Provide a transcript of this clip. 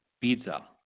pizza